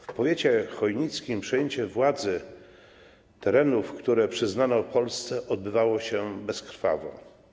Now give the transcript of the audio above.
W powiecie chojnickim przejęcie władzy, terenów, które przyznano Polsce, odbywało się bezkrwawo.